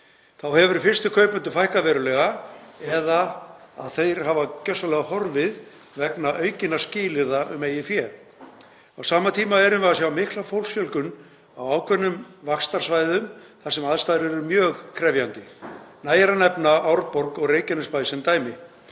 Þá hefur fyrstu kaupendum fækkað verulega eða þeir hafa gjörsamlega horfið vegna aukinna skilyrða um eigið fé. Á sama tíma erum við að sjá mikla fólksfjölgun á ákveðnum vaxtarsvæðum þar sem aðstæður eru mjög krefjandi. Nægir að nefna Árborg og Reykjanesbæ sem dæmi.